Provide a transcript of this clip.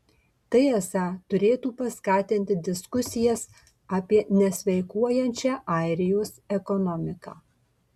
tai esą turėtų paskatinti diskusijas apie nesveikuojančią airijos ekonomiką